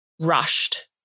rushed